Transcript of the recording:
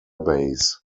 base